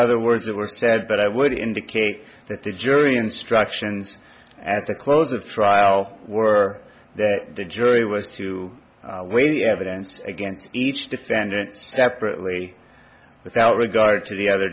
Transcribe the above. other words that were said but i would indicate that the jury instructions at the close of trial were that the jury was to weigh the evidence against each defendant separately without regard to the other